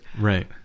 right